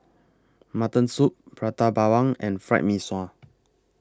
Mutton Soup Prata Bawang and Fried Mee Sua